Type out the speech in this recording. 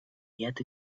yet